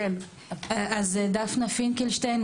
דפנה פינקלשטיין,